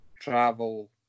Travel